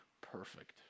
perfect